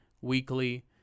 weekly